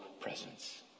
presence